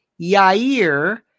Yair